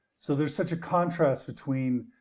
so there's such a contrast between